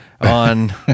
On